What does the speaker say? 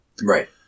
right